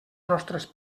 nostres